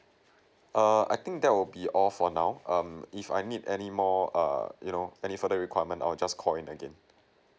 err I think that will be all for now um if I need any more err you know any for the requirement I will just call in again